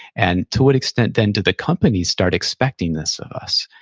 and to what extent, then, do the companies start expecting this of us?